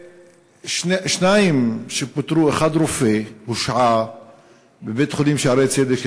ושניים פוטרו: רופא אחד הושעה בבית-חולים "שערי צדק",